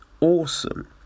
awesome